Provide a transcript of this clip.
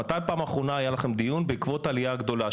מתי בפעם האחרונה היה לכם דיון בעקבות העלייה הגדולה?